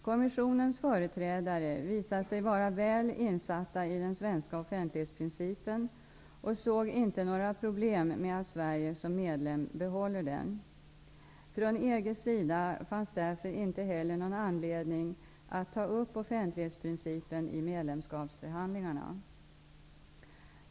Kommissionens företrädare visade sig vara väl insatta i den svenska offentlighetsprincipen och såg inte några problem med att Sverige som medlem behåller den. Från EG:s sida fanns därför inte heller någon anledning att ta upp offentlighetsprincipen i medlemskapsförhandlingarna.